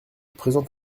présent